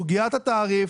סוגיית התעריף